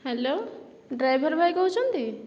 hello driver ଭାଇ କହୁଛନ୍ତି